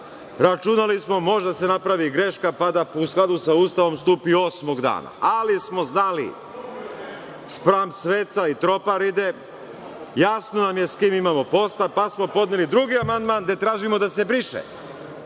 sutra. Računali smo da može da se napravi greška, pa da u skladu sa Ustavom stupi osmog dana. Znali smo, spram sveca i tropar ide, jasno nam je s kim imamo posla, pa smo podneli drugi amandman gde tražimo da se briše.